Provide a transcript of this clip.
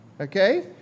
okay